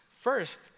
First